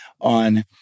on